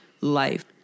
life